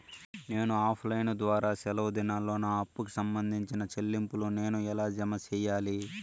నేను offline ద్వారా సెలవు దినాల్లో నా అప్పుకి సంబంధించిన చెల్లింపులు నేను ఎలా జామ సెయ్యాలి?